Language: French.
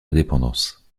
indépendance